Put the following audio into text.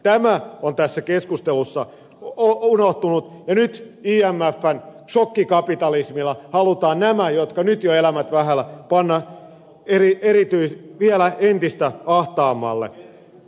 tämä on tässä keskustelussa unohtunut ja nyt imfn sokkikapitalismilla halutaan nämä jotka nyt jo elävät vähällä panna vielä entistä ahtaammalle